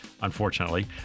unfortunately